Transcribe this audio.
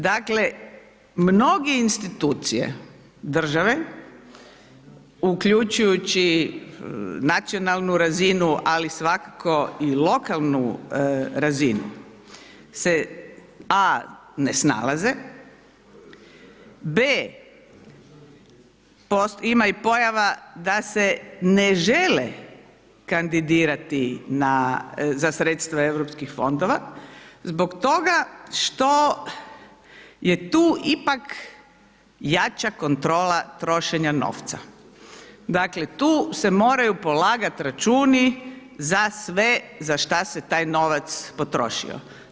Dakle, mnoge institucije države, uključujući nacionalnu razinu, ali svakako i lokalnu razinu se a) ne snalaze, b) ima i pojava da se ne žele kandidirati za sredstva Europskih fondova zbog toga što je tu ipak jača kontrola trošenja novca, dakle, tu se moraju polagat računi za sve za šta se taj novac potrošio.